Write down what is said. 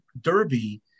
derby